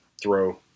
throw